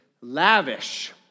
lavish